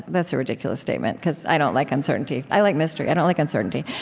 that's a ridiculous statement, because i don't like uncertainty. i like mystery i don't like uncertainty,